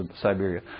Siberia